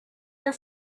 your